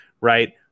right